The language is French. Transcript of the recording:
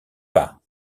pas